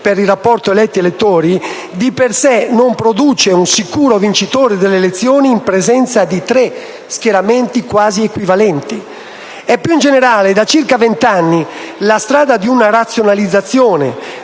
il rapporto tra eletti ed elettori - di per sé non produce un sicuro vincitore delle elezioni in presenza di tre schieramenti quasi equivalenti. Più in generale, da circa vent'anni la strada di una razionalizzazione